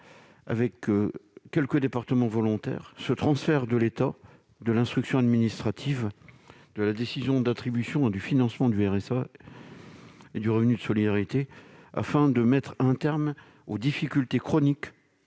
avec quelques départements volontaires, le transfert à l'État de l'instruction administrative, de la décision d'attribution et du financement du RSA et du revenu de solidarité, de manière à mettre un terme aux difficultés chroniques